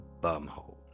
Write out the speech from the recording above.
Bumhole